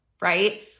right